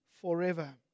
forever